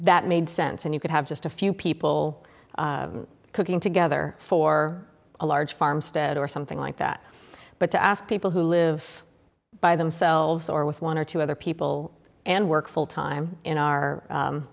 that made sense and you could have just a few people cooking together for a large farmstead or something like that but to ask people who live by themselves or with one or two other people and work full time in our